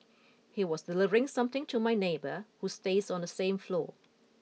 he was delivering something to my neighbour who stays on the same floor